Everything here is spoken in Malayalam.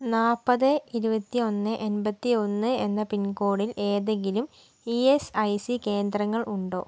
നാല്പത് ഇരുപത്തി ഒന്ന് എൺപത്തി ഒന്ന് എന്ന പിൻ കോഡിൽ ഏതെങ്കിലും ഇ എസ് ഐ സി കേന്ദ്രങ്ങൾ ഉണ്ടോ